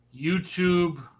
YouTube